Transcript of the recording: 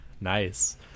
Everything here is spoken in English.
nice